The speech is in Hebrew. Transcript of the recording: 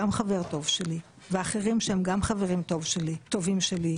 חבר טוב שלי ואחרים שהם גם חברים טובים שלי,